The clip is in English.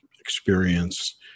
experience